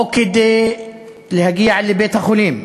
או כדי להגיע לבית-החולים,